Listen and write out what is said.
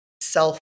self